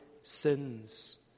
sins